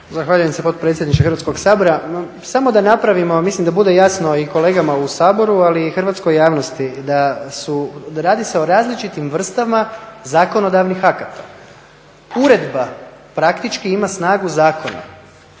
Zahvaljujem gospodine potpredsjedniče Hrvatskog sabora. Samo da napravimo, mislim da bude jasno i kolegama u Saboru, ali i hrvatskoj javnosti da se radi o različitim vrstama zakonodavnih akata. Uredba praktički ima snagu zakona,